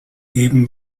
eben